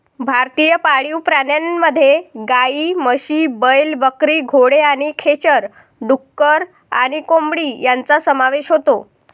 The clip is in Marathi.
भारतीय पाळीव प्राण्यांमध्ये गायी, म्हशी, बैल, बकरी, घोडे आणि खेचर, डुक्कर आणि कोंबडी यांचा समावेश होतो